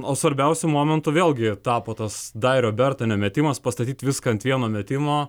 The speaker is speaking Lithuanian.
o svarbiausiu momentu vėl gi tapo tas dairio berto nemetimas pastatyt viską ant vieno metimo